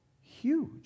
huge